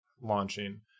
launching